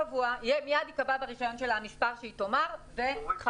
מיד ייקבע ברישיון שלה המספר שהיא תאמר וחמש